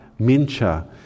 mincha